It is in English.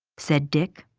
said dick.